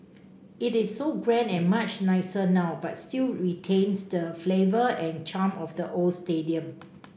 it is so grand and much nicer now but still retains the flavour and charm of the old stadium